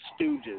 stooges